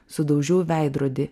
sudaužiau veidrodį